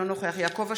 אינו נוכח יעקב אשר,